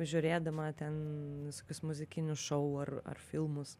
žiūrėdama ten visokius muzikinius šou ar ar filmus